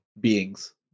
beings